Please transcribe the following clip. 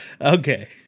Okay